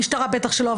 המשטרה בטח שלא.